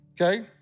okay